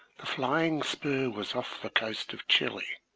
the flying spur was off the coast of chili.